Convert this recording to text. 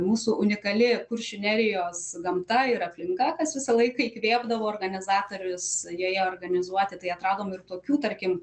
mūsų unikali kuršių nerijos gamta ir aplinka kas visą laiką įkvėpdavo organizatorius joje organizuoti tai atradom ir tokių tarkim